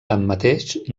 tanmateix